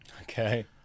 Okay